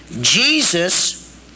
Jesus